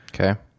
Okay